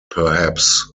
perhaps